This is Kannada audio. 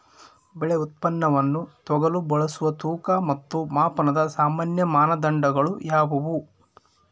ಬೆಳೆ ಉತ್ಪನ್ನವನ್ನು ತೂಗಲು ಬಳಸುವ ತೂಕ ಮತ್ತು ಮಾಪನದ ಸಾಮಾನ್ಯ ಮಾನದಂಡಗಳು ಯಾವುವು?